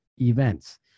events